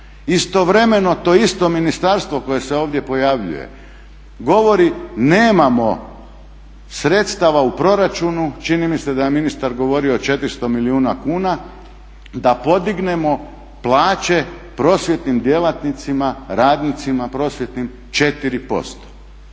Istovremeno to isto ministarstvo koje se ovdje pojavljuje govori nemamo sredstava u proračunu, čini mi se da je ministar govorio o 400 milijuna kuna, da podignemo plaće prosvjetnim djelatnicima, radnicima prosvjetnim 4%.